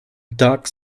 dark